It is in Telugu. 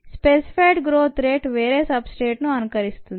స్పెసిఫైడ్ గ్రోత్ రేటు వేరే సబ్ స్ట్రేట్ను అనుకరిస్తుంది